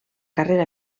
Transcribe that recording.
carrera